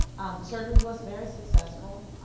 the surgery was very successful.